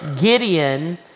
Gideon